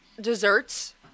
desserts